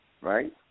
right